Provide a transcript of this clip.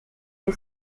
the